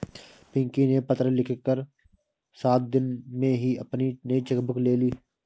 पिंकी ने पत्र लिखकर सात दिन में ही अपनी नयी चेक बुक ले ली